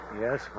Yes